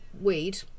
weed